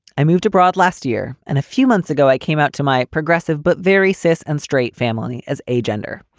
i moved abroad last year and a few months ago i came out to my progressive but very cis and straight family as a gender.